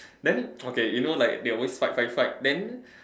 then okay you know like they always fight fight fight then